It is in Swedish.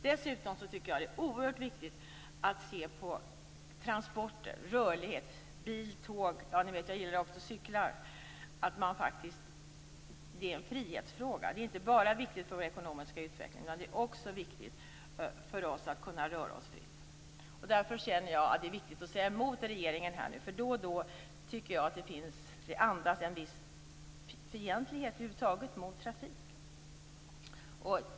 Dessutom tycker jag att det är oerhört viktigt att se på transporter, rörlighet, bil, tåg, ja, ni vet att jag också gillar cyklar. Det är en frihetsfråga. Det är inte bara viktigt för vår ekonomiska utveckling, det är också viktigt för oss att kunna röra oss fritt. Därför känner jag att det är viktigt att säga emot regeringen här. Då och då tycker jag att det andas en viss fientlighet mot trafik över huvud taget.